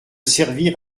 servir